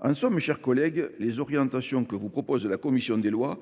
En somme, mes chers collègues, les orientations que vous propose la commission des lois